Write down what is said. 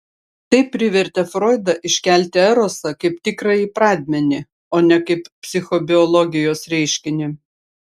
tai privertė froidą iškelti erosą kaip tikrąjį pradmenį o ne kaip psichobiologijos reiškinį